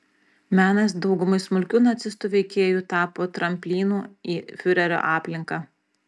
menas daugumai smulkių nacistų veikėjų tapo tramplinu į fiurerio aplinką